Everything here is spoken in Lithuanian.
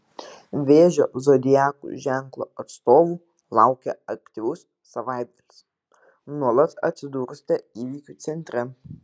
vėžio zodiako ženklo atstovų laukia aktyvus savaitgalis nuolat atsidursite įvykių centre